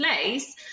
place